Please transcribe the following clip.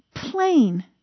plain